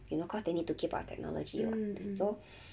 you know cause they need to keep up with technology [what] so